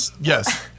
yes